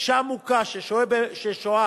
אשה מוכה ששוהה